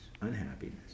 unhappiness